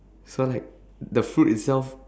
so like t~ the fruit itself